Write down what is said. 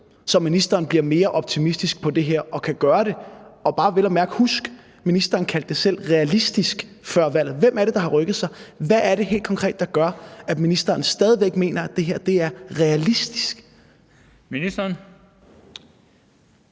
så ministeren er blevet mere optimistisk på det her og mener, man kan gøre det? Husk, at ministeren før valget selv kaldte det realistisk. Hvem er det, der har rykket sig? Hvad er det helt konkret, der gør, at ministeren stadig væk mener, at det her er realistisk? Kl.